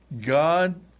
God